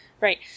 right